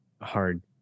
hard